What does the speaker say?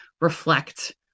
reflect